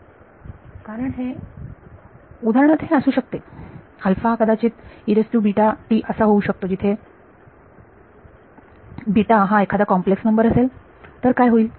विद्यार्थी कारण हे उदाहरणार्थ हे असू शकते कदाचित असा होऊ शकतो जिथे हा एखादा कॉम्प्लेक्स नंबर असेल तर काय होईल